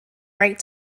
right